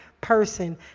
person